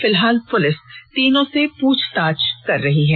फिलहाल पुलिस तीनों से पूछताछ कर रही हैं